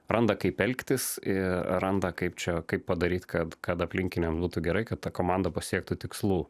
randa kaip elgtis ir randa kaip čia kaip padaryt kad kad aplinkiniam būtų gerai kad ta komanda pasiektų tikslų